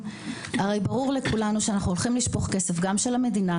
הרי ברור לכולנו שאנחנו הולכים לשפוך כסף גם של המדינה,